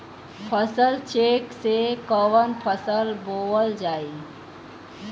फसल चेकं से कवन फसल बोवल जाई?